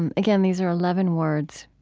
and again, these are eleven words,